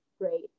great